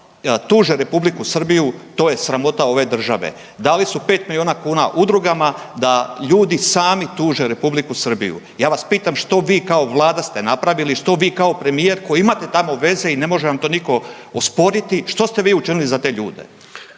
tuže Republiku Srbiju, to je sramota ove države. Dali su 5 milijuna kuna udrugama da ljudi sami tuže Republiku Srbiju. Ja vas pitam što vi kao vlada ste napravili, što vi kao premijer koji imate tamo veze i ne može vam to niko osporiti, što ste vi učinili za te ljude?